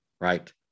right